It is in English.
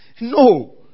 No